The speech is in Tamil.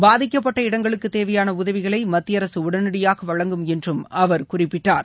பாதிக்கப்பட்ட இடங்களுக்கு தேவையான உதவிகளை மத்திய அரசு உடனடியாக வழங்கும் என்று அவர் குறிப்பிட்டார்